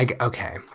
okay